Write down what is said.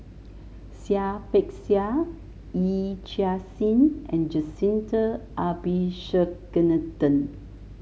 Seah Peck Seah Yee Chia Hsing and Jacintha Abisheganaden